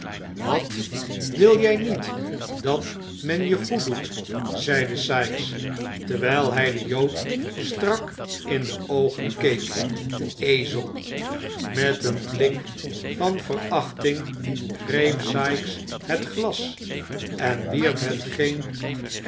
wat wil jij niet dat men je goeddoet zeide sikes terwijl hij den jood strak in de oogen keek ezel met een blik van verachting greep sikes het glas en wierp hetgeen